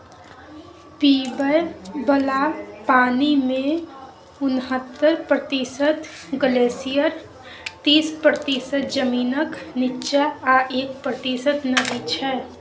पीबय बला पानिमे उनहत्तर प्रतिशत ग्लेसियर तीस प्रतिशत जमीनक नीच्चाँ आ एक प्रतिशत नदी छै